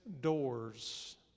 doors